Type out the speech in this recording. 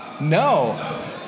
No